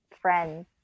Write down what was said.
friends